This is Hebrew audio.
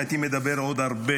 הייתי מדבר עוד הרבה